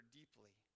deeply